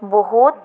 ବହୁତ